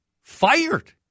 fired